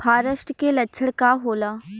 फारेस्ट के लक्षण का होला?